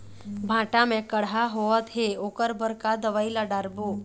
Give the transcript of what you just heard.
भांटा मे कड़हा होअत हे ओकर बर का दवई ला डालबो?